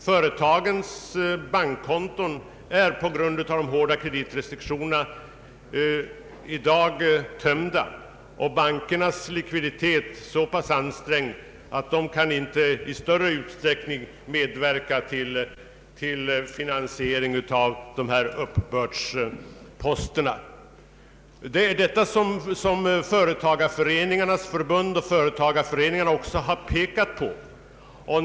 Företagens bankkon ton är på grund av de hårda kreditrestriktionerna nu tömda och bankernas likviditet så pass ansträngd att de inte i större utsträckning kan medverka till finansiering av uppbördsposterna. Det är detta som Företagareföreningarnas riksförbund och även företagarföreningarna har framhållit.